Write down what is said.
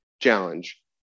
challenge